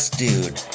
dude